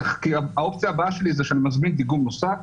כי האופציה הבאה שלי היא שאני מזמין דיגום נוסף.